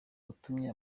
watumye